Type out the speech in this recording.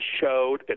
showed